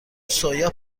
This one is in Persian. سویا